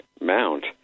mount